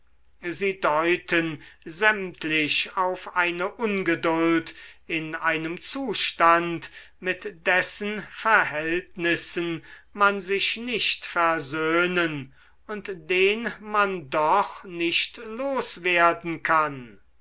sie deuten sämtlich auf eine ungeduld in einem zustand mit dessen verhältnissen man sich nicht versöhnen und den man doch nicht los werden kann